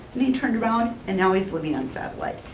and he turned around and now he's living on satellite,